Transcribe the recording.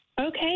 Okay